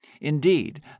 Indeed